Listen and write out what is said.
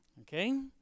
Okay